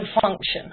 function